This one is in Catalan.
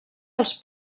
els